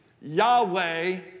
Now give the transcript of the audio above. Yahweh